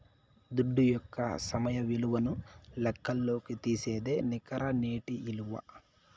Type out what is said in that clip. దుడ్డు యొక్క సమయ విలువను లెక్కల్లోకి తీసేదే నికర నేటి ఇలువ